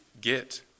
get